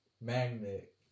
magnet